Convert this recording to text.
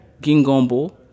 Gingombo